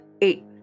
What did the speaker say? eight